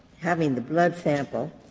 having the blood sample